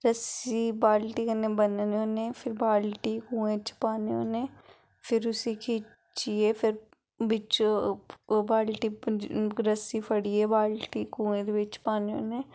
रस्सी बाल्टी कन्नै बनन्ने होने फिर बाल्टी कुएं च पाने होने फिर उसी खिच्चियै फिर बिचों ओह् बाल्टी रस्सी फड़ियै बाल्टी कुएं दे बिच पाने होने